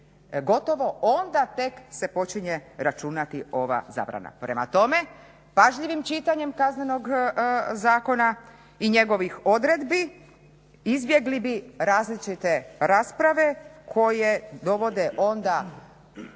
gotovo onda tek se počinje računati ova zabrana. Prema tome, pažljivim čitanjem Kaznenog zakona i njegovih odredbi izbjegli bi različite rasprave koje dovode onda